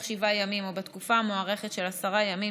שבעה ימים או בתקופה המוארכת של עשרה ימים,